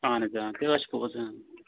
اہن حظ آ تہِ حظ چھِ پوٚز